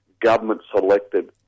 government-selected